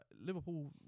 Liverpool